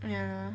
ya